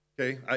Okay